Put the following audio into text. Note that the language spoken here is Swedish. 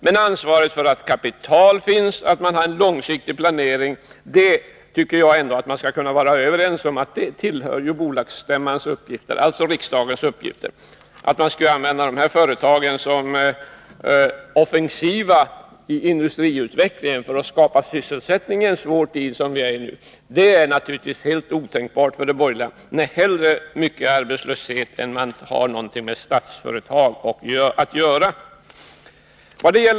Men ansvaret för att det finns kapital och att man har en långsiktig planering tycker jag ändå att vi borde kunna vara överens om tillhör bolagsstämmans — alltså riksdagens — uppgifter. Att använda de här företagen offensivt i industriutvecklingen för att skapa sysselsättning i en svår tid, som vi är i nu, är naturligtvis helt otänkbart för de borgerliga. Nej, hellre mycket arbetslöshet än att man har någonting med Statsföretag att göra!